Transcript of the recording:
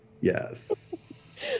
Yes